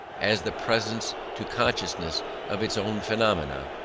as the presence to consciousness of its own phenomena,